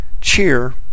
cheer